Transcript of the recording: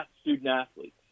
student-athletes